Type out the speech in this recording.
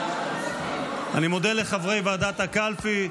אני מודה לחברי ועדת הקלפי,